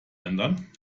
ändern